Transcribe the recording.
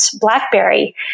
BlackBerry